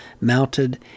mounted